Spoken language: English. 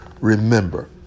Remember